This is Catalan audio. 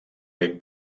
ben